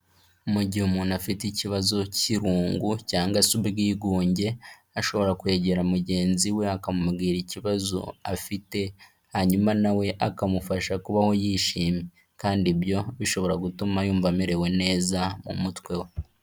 Mu gihe umuntu afite ikibazo k'irungu cyangwa se ubwigunge, ashobora kwegera mugenzi we akamubwira ikibazo afite, hanyuma na we akamufasha kubaho yishimye kandi ibyo bishobora gutuma yumva amerewe neza mu mutwe we.